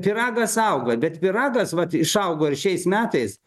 pyragas auga bet pyragas vat išaugo ir šiais metais